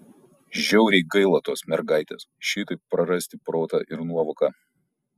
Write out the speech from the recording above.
žiauriai gaila tos mergaitės šitaip prarasti protą ir nuovoką